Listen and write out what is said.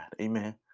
Amen